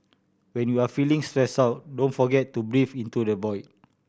when you are feeling stressed out don't forget to breathe into the void